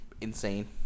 insane